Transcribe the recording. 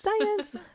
science